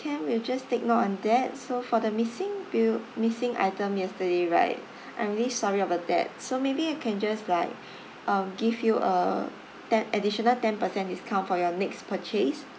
can we'll just take note on that so for the missing bill missing item yesterday right I'm really sorry about that so maybe we can just like um give you a ten additional ten percent discount for your next purchase